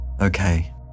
Okay